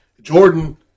Jordan